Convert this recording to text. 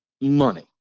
money